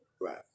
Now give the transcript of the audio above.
Right